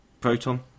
Proton